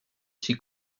six